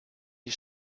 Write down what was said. die